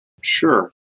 Sure